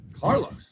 Carlos